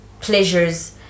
pleasures